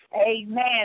Amen